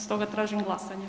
Stoga tražim glasanje.